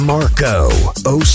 Marco